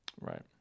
Right